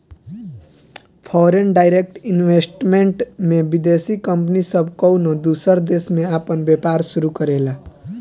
foreign direct investment में विदेशी company सब कउनो दूसर देश में आपन व्यापार शुरू करेले